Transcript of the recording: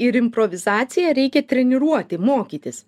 ir improvizaciją reikia treniruoti mokytis